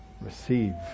receive